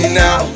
now